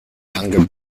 younger